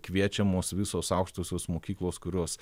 kviečiamos visos aukštosios mokyklos kurios